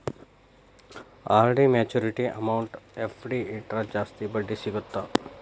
RD maturity amount FD ಇಟ್ರ ಜಾಸ್ತಿ ಬಡ್ಡಿ ಸಿಗತ್ತಾ